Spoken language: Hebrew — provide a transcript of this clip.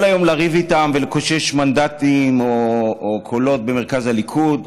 ואפשר כל היום לריב איתם ולקושש מנדטים או קולות במרכז הליכוד.